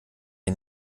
ihn